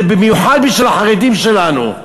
זה במיוחד בשביל החרדים שלנו,